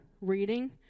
reading